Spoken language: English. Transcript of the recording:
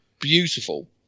Beautiful